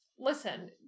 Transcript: listen